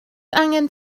angen